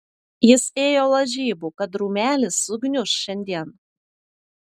jis ėjo lažybų kad rūmelis sugniuš šiandien